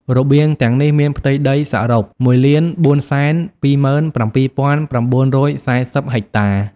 របៀងទាំងនេះមានផ្ទៃដីសរុប ១,៤២៧,៩៤០ ហិកតា។